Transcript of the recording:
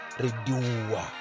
redua